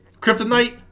Kryptonite